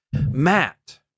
Matt